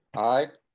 aye,